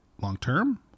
long-term